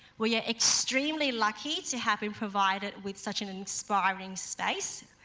we are extremely lucky to have been provided with such an inspiring space,